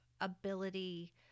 ability